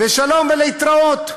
ושלום ולהתראות,